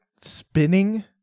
spinning